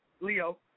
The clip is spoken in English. Leo